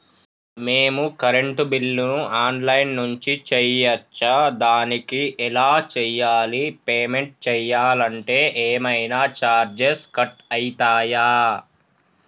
మేము కరెంటు బిల్లును online నుంచి చేయచ్చా? దానికి ఎలా చేయాలి? పేమెంట్ చేయాలంటే ఏమైనా చార్జెస్ కట్ అయితయా?